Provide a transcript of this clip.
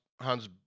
Hans